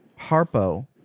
Harpo